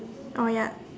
ya